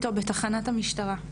בתחנת המשטרה,